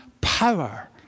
power